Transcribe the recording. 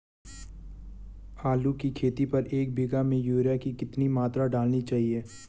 आलू की खेती पर एक बीघा में यूरिया की कितनी मात्रा डालनी चाहिए?